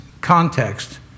context